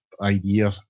idea